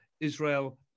Israel